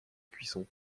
cuisson